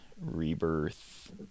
Rebirth